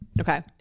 Okay